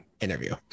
interview